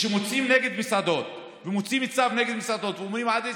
כשמוציאים צו נגד מסעדות, ואומרים: עד 20,